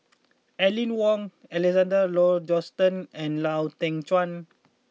Aline Wong Alexander Laurie Johnston and Lau Teng Chuan